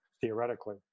theoretically